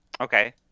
Okay